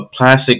plastic